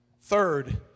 Third